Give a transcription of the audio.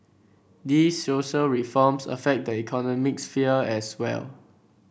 these social reforms affect the economic sphere as well